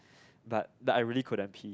but but I really couldn't pee